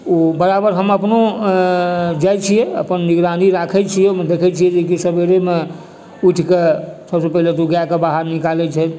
ओ बराबर हम अपनो जाइ छियै अपन निगरानी राखै छियै ओहिमे देखै छियै की जेकि सवेरोमे उठिके सबसँ पहिने तऽ ओहि गाएके बाहर निकालै छै